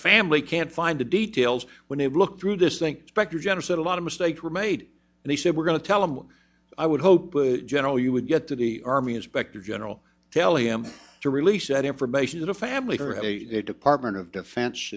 family can't find the details when they look through this think specter jenner said a lot of mistakes were made and they said we're going to tell them i would hope general you would get to the army inspector general tell him to release that information to the family or at a department of defen